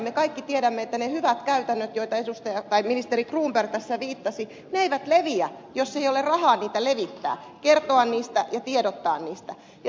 me kaikki tiedämme että ne hyvät käytännöt joihin ministeri cronberg tässä viittasi eivät leviä jos ei ole rahaa niitä levittää kertoa niistä ja tiedottaa niistä